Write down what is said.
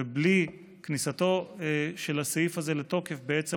ובלי כניסתו של הסעיף הזה לתוקף אנחנו